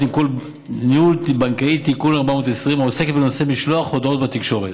ניהול בנקאי תקין מס' 420 העוסקת בנושא משלוח הודעות בתקשורת.